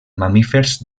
mamífers